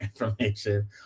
information